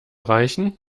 reichen